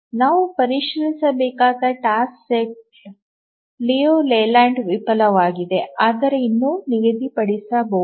ನಾವು ಪರಿಶೀಲಿಸಬೇಕಾಗಿದೆ task set Liu Leyland ವಿಫಲವಾದರೆ ಆದರೆ ಇನ್ನೂ ನಿಗದಿಪಡಿಸಬಹುದು